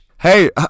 Hey